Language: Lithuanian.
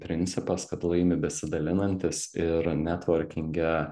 principas kad laimi besidalinantis ir netvorkinge